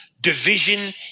division